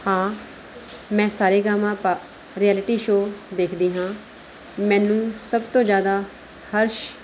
ਹਾਂ ਮੈਂ Sa Re Ga Ma Pa reality show ਦੇਖਦੀ ਹਾਂ ਮੈਨੂੰ ਸਭ ਤੋਂ ਜ਼ਿਆਦਾ ਹਰਸ਼